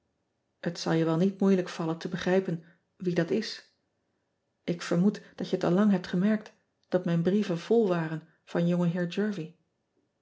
et zal je wel niet moeilijk vallen te begrijpen wie dat is k vermoed dat je het allang hebt gemerkt dat mijn brieven vol waren van